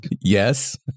yes